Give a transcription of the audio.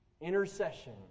intercession